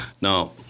Now